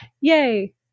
yay